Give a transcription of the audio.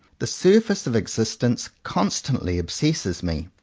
the surface of existence constantly obsesses me.